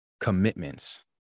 commitments